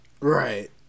Right